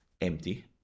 empty